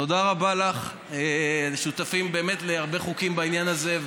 תודה רבה לך, שותפים להרבה חוקים בעניין הזה.